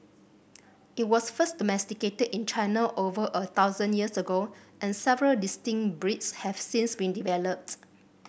it was first domesticated in China over a thousand years ago and several distinct breeds have since been developed